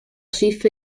schiffe